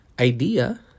idea